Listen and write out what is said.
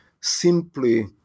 simply